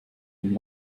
von